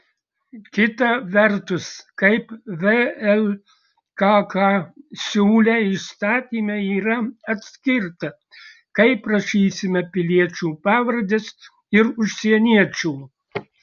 kita vertus kaip vlkk siūlė įstatyme yra atskirta kaip rašysime piliečių pavardes ir užsieniečių